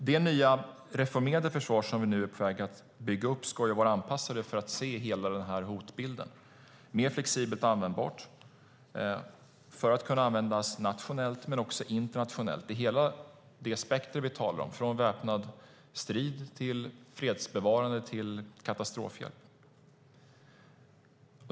Det nya reformerade försvar som vi nu är på väg att bygga upp ska vara anpassat för att se hela hotbilden, mer flexibelt användbart för att kunna användas nationellt men också internationellt, i hela det spektrum vi talar om, från väpnad strid till fredsbevarande och till katastrofhjälp.